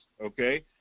okay